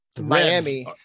Miami